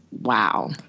wow